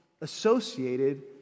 associated